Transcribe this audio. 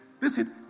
Listen